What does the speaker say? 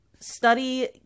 study